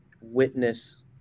witness